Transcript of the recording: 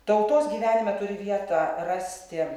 tautos gyvenime turi vietą rasti